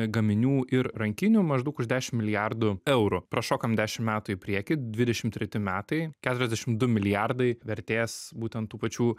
gaminių ir rankinių maždaug už dešim milijardų eurų prašokam dešim metų į priekį dvidešim treti metai keturiasdešim du milijardai vertės būtent tų pačių